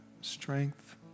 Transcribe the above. strength